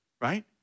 right